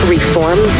Reform